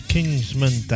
Kingsman